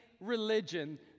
religion